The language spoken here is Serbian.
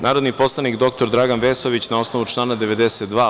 Narodni poslanik dr Dragan Vesović, na osnovu člana 92.